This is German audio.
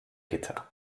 gitter